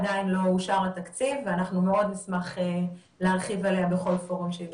עדיין לא אושר התקציב ואנחנו מאוד נשמח להרחיב עליה בכל פורום שיידרש.